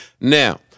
Now